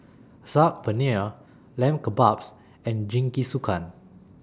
Saag Paneer Lamb Kebabs and Jingisukan